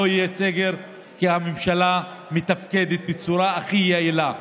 לא יהיה סגר כי הממשלה מתפקדת בצורה הכי יעילה,